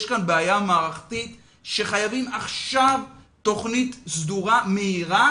יש כאן בעיה מערכתית וחייבים עכשיו תוכנית סדורה ומהירה,